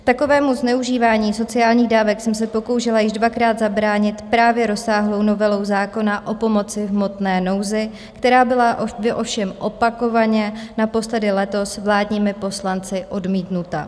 Takovému zneužívání sociálních dávek jsem se pokoušela již dvakrát zabránit právě rozsáhlou novelou zákona o pomoci v hmotné nouzi, která byla ovšem opakovaně, naposledy letos, vládními poslanci odmítnuta.